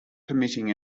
permitting